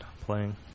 playing